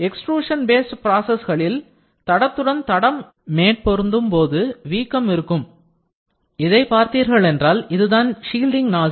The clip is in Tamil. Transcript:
Extrusion based process களில் தடத்துடன் தடம் மேற்பொருத்தும்போது வீக்கம் இருக்கும் இதை பார்த்தீர்களென்றால் இதுதான் ஷில்டிங் nozzle